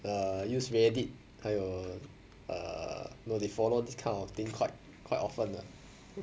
ya use reddit 还有 err know they follow this kind of thing quite quite often uh